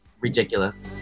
ridiculous